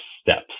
steps